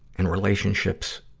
and relationships,